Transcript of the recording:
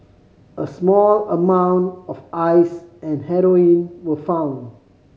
a small amount of Ice and heroin were found